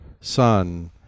Son